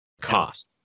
cost